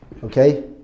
Okay